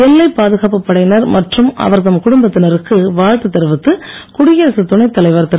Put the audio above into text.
எல்லை பாதுகாப்புப் படையினர் மற்றும் அவர் தம் குடும்பத்தினருக்கு வாழ்த்து தெரிவித்து குடியரசுத் துணைத் தலைவர் திரு